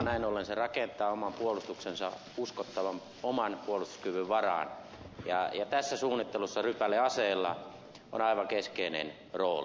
näin ollen se rakentaa oman puolustuksensa uskottavan oman puolustuskyvyn varaan ja tässä suunnittelussa rypäleaseilla on aivan keskeinen rooli